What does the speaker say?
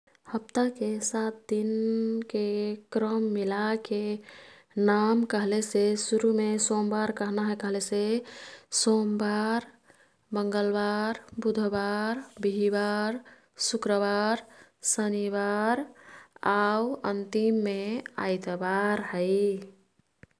हप्ताके सात दिनके क्रम मिलाके नाम कह्लेसे सुरुमे सोमबार कह्ना हे कह्लेसे सोमबार, मंगलबार, बुधबार, बिहिबार, शुक्रबार, शनिबार आउ अन्तिम मे आइतबार है।